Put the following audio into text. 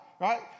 right